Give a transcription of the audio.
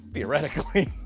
theoretically.